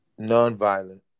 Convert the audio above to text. nonviolent